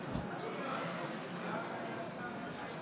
האמת היא שהעיר תל אביב צריכה שר.